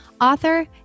author